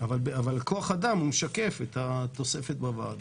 אבל כוח האדם משקף את התוספת בוועדות.